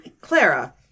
Clara